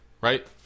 right